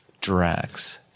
Drax